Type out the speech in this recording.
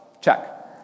Check